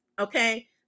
Okay